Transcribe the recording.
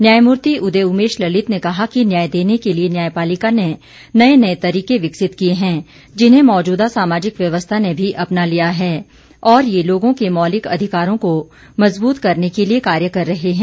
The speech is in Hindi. न्यायमूर्ति उदय उमेश ललित ने कहा कि न्याय देने के लिए न्यायपालिका ने नये नये तरीके विकसित किए हैं जिन्हें मौजूदा सामाजिक वयवस्था ने भी अपना लिया है और ये लोगों के मौलिक अधिकारों को मजबूत करने के लिए कार्य कर रहे हैं